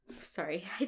Sorry